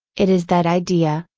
it is that idea,